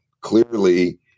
clearly